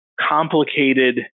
complicated